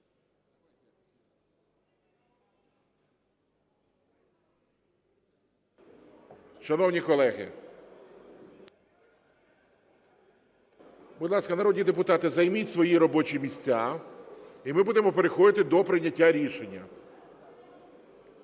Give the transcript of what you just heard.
Шановні колеги… Будь ласка, народні депутати, займіть свої робочі місця і ми будемо переходити до прийняття рішення.